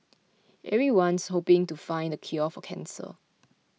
everyone's hoping to find the cure for cancer